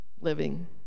living